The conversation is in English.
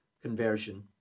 conversion